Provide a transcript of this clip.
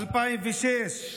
2006,